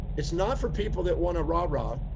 it's not for people that want a rah rah.